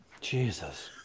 Jesus